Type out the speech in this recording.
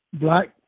black